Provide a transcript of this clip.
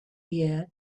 year